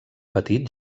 petit